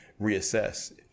reassess